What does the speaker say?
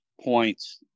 points